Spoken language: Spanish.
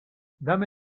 dame